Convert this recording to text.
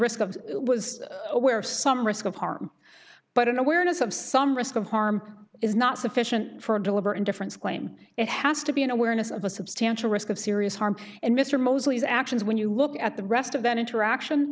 risk of it was aware of some risk of harm but an awareness of some risk of harm is not sufficient for a deliberate indifference claim it has to be an awareness of a substantial risk of serious harm and mr mosley's actions when you look at the rest of that interaction